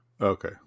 Okay